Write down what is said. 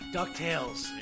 DuckTales